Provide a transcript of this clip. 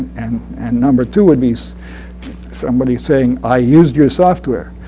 and and number two would be so somebody saying i used your software.